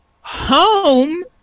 home